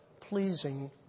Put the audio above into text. pleasing